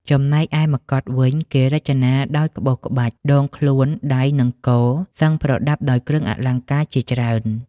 ចំណែកឯម្កុដវិញ គេរចនាដោយក្បូរក្បាច់ ដងខ្លួន ដៃ និងក សឹងប្រដាប់ដោយគ្រឿងអលង្ការជាច្រើន។